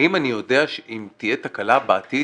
האם אני יודע אם תהיה תקלה בעתיד,